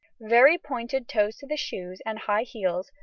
very pointed toes to the shoes, and high heels,